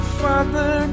father